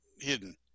hidden